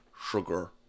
sugar